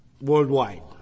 worldwide